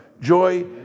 joy